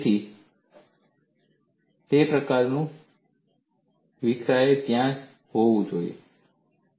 તેથી તે પ્રકારનું વિખરયેલું ત્યાં હોવું જોઈએ